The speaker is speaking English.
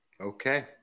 Okay